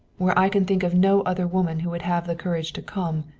where i can think of no other woman who would have the courage to come,